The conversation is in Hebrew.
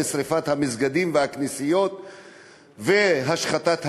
ושרפת המסגדים והכנסיות והשחתת הרכוש.